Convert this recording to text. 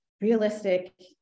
realistic